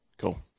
Cool